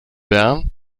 bern